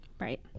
Right